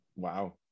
wow